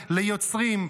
ליוצרים,